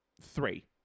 three